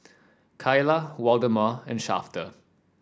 Kaila Waldemar and Shafter